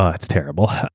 ah it's terrible.